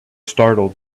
startled